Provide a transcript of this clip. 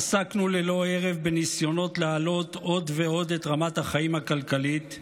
עסקנו ללא הרף בניסיונות להעלות עוד ועוד את רמת החיים הכלכלית.